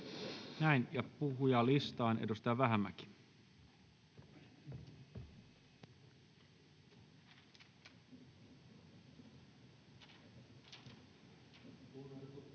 Näin, ja puhujalistaan. — Edustaja Vähämäki.